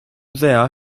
there